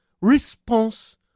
response